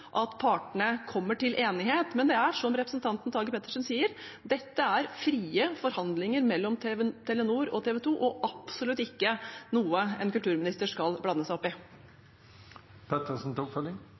at partene kommer til enighet. Men det er slik representanten Tage Pettersen sier: Dette er frie forhandlinger mellom Telenor og TV 2 og absolutt ikke noe en kulturminister skal blande seg opp i.